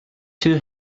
two